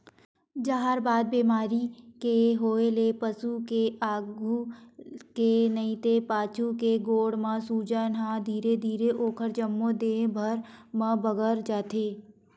जहरबाद बेमारी के होय ले पसु के आघू के नइते पाछू के गोड़ म सूजन ह धीरे धीरे ओखर जम्मो देहे भर म बगरत जाथे